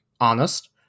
honest